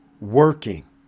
working